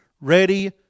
ready